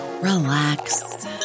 relax